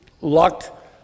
luck